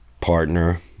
partner